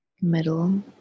middle